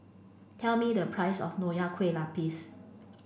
tell me the price of Nonya Kueh Lapis